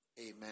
Amen